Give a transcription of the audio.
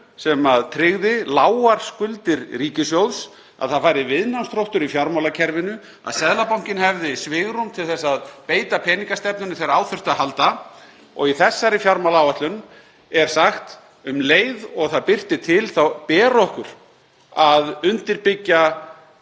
sem tryggði lágar skuldir ríkissjóðs, að viðnámsþróttur væri í fjármálakerfinu, að Seðlabankinn hefði svigrúm til að beita peningastefnunni þegar á þyrfti að halda. Í þessari fjármálaáætlun er sagt: Um leið og það birtir til þá ber okkur að undirbyggja